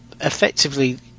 effectively